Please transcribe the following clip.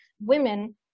women